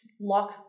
lock